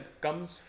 comes